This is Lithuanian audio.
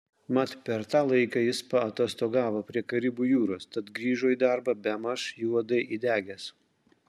mat per tą laiką jis paatostogavo prie karibų jūros tad grįžo į darbą bemaž juodai įdegęs